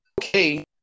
okay